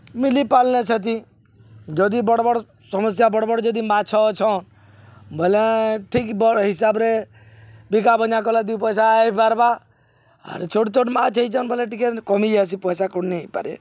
ମିଲିପାର୍ଲେ ସେଥି ଯଦି ବଡ଼୍ ବଡ଼୍ ସମସ୍ୟା ବଡ଼୍ ବଡ଼୍ ଯଦି ମାଛ୍ ଅଛନ୍ ବୋଲେ ଠିକ୍ ହିସାବ୍ରେ ବିକା ଭନ୍ଜା କଲା ଦିଇ ପଏସା ହେଇପାର୍ବା ଆର୍ ଛୋଟ୍ ଛୋଟ୍ ମାଛ୍ ହେଇଚନ୍ ବଲେ ଟିକେ କମିଯାଏସି ପଏସା କାଣା ନେଇ ହେଇପାରେ